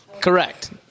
Correct